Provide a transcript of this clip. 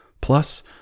plus